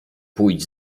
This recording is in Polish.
pójdź